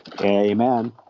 amen